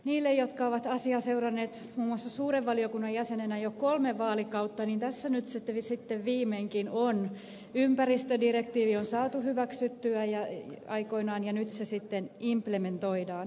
niille jotka ovat asiaa seuranneet muun muassa suuren valiokunnan jäseninä jo kolme vaalikautta tässä nyt sitten viimeinkin on ympäristörikosdirektiivi saatu hyväksyttyä aikoinaan ja nyt se sitten implementoidaan